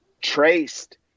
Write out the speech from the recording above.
traced